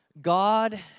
God